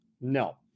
no